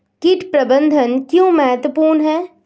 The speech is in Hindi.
कीट प्रबंधन क्यों महत्वपूर्ण है?